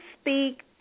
speak